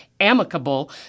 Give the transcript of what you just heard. amicable